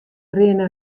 rinne